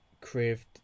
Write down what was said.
craved